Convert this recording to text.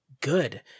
good